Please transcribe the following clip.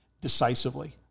decisively